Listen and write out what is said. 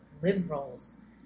liberals